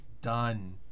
done